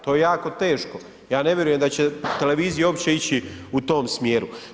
To je jako teško, ja ne vjerujem da će televizija uopće ići u tom smjeru.